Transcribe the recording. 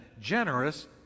generous